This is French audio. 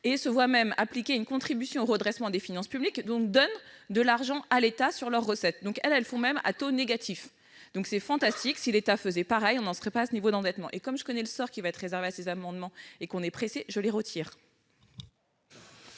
se voient même appliquer une contribution au redressement des finances publiques, et donc donnent de l'argent à l'État sur leurs recettes. Elles sont à taux négatif ! C'est fantastique : si l'État faisait pareil, on n'en serait pas à ce niveau d'endettement ! Comme je connais le sort qui va être réservé à ces amendements et puisque nous sommes pressés, je les retire.